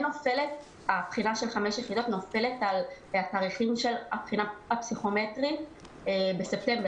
הבחינה של חמש יחידות נופלת על התאריכים של הבחינה הפסיכומטרית בספטמבר,